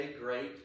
great